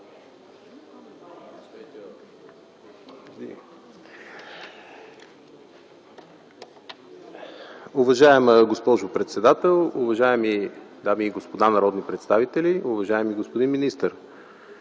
Уважаема госпожо председател, уважаеми дами и господа народни представители, уважаеми господин министър!